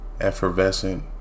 effervescent